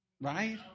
right